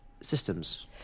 systems